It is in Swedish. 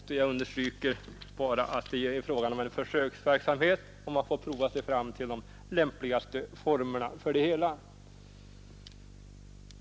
Jag understryker bara att det är fråga om en försöksverksamhet, och man får pröva sig fram till de lämpligaste formerna för det hela.